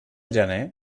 gener